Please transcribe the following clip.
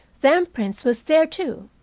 them prints was there, too,